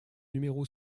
numéro